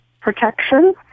protection